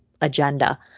agenda